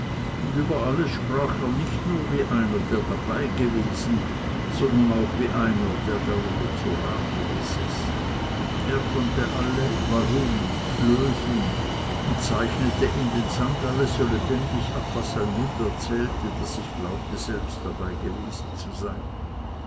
und über alles sprach er nicht nur wie einer der dabei gewesen sondern auch wie einer der darüber zu rate gesessen er konnte alle warum lösen und zeichnete in den sand alles so lebendig ab was sein mund erzählte daß ich glaubte selbst dabei zu sein